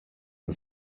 and